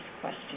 question